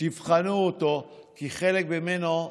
תבחנו אותו, כי חלק ממנו,